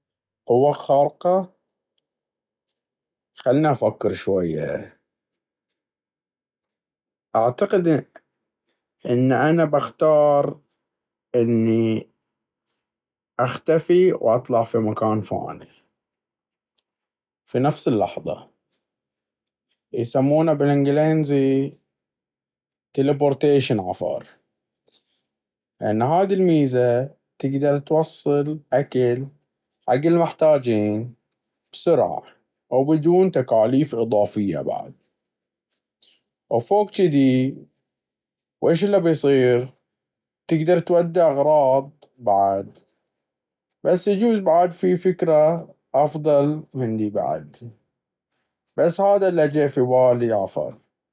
قوة خارقة؟ خلني افكر شوية. اعتقد إن أنا بختار إني اختفي واطلع في مكان ثاني في نفس اللحظة، يسمونه بالإنجلينزي تيليبورتيشن عفر، لأنه هذي الميزة تقدر توصل أكل حق المحتاجين بسرعة، أو بدون تكاليف إضافية بعد. وفوق جدي ويش الا بيصير؟ تقدر تودي أغراض بعد بس يجوز بعد في فكرة أفضل من ذي بعد، بس هذا الي جه في بالي عفر.